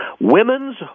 women's